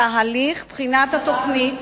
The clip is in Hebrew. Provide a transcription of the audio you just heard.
תהליך בחינת התוכנית,